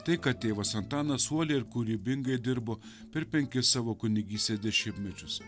tai kad tėvas antanas uoliai ir kūrybingai dirbo per penkis savo kunigystės dešimtmečius